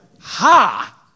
Ha